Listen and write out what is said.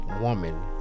woman